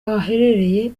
baherereye